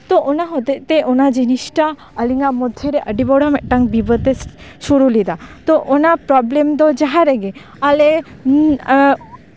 ᱛᱳ ᱚᱱᱟ ᱦᱚᱛᱮᱡ ᱛᱮ ᱚᱱᱟ ᱡᱤᱱᱤᱥᱴᱟ ᱟᱹᱞᱤᱧᱟᱜ ᱢᱚᱫᱽᱫᱷᱮᱨᱮ ᱟᱹᱰᱤ ᱵᱚᱲᱚ ᱢᱤᱫᱴᱟᱝ ᱵᱤᱵᱟᱹᱫ ᱮ ᱥᱩᱨᱩ ᱞᱮᱫᱟ ᱛᱳ ᱚᱱᱟ ᱯᱨᱚᱵᱞᱮᱢ ᱫᱚ ᱡᱟᱦᱟᱸ ᱨᱮᱜᱮ ᱟᱞᱮ ᱤᱧ